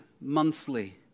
monthly